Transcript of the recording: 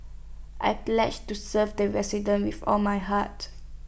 I've pledged to serve the residents with all my heart